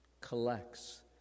collects